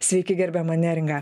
sveiki gerbiama neringa